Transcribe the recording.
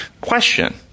Question